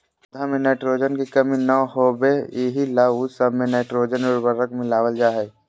पौध में नाइट्रोजन के कमी न होबे एहि ला उ सब मे नाइट्रोजन उर्वरक मिलावल जा हइ